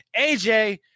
aj